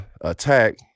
attack